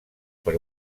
per